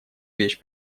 вещь